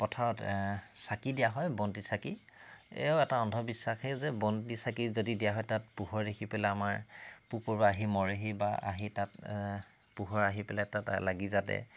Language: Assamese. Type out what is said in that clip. পথাৰত চাকি দিয়া হয় বন্তি চাকি এইয়াও এটা অন্ধবিশ্বাসেই যে বন্তি চাকি যদি দিয়া হয় তাত পোহৰ দেখি পেলাই আমাৰ পোক পৰুৱা আহি মৰেহি বা আহি তাত পোহৰ আহি পেলাই তাত লাগি যাতে